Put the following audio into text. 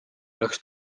oleks